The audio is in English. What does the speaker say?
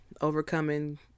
overcoming